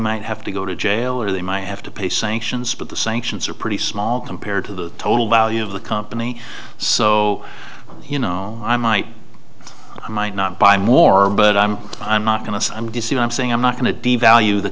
might have to go to jail or they might have to pay sanctions but the sanctions are pretty small compared to the total value of the company so you know i might i might not buy more but i'm i'm not going to i'm dizzy i'm saying i'm not going to devalue the